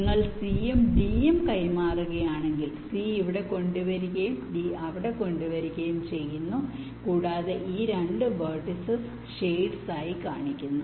നിങ്ങൾ c യും d യും കൈമാറുകയാണെങ്കിൽ c ഇവിടെ കൊണ്ടുവരികയും d അവിടെ കൊണ്ടുവരികയും ചെയ്യുന്നു കൂടാതെ ഈ 2 വെർട്ടിസ്സ് ഷെയ്ഡ്ഡ് ആയി കാണിക്കുന്നു